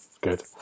Good